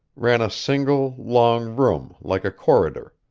ran a single, long room like a corridor.